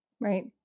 Right